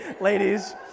ladies